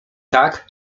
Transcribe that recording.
tak